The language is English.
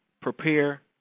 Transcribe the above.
prepare